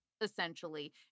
essentially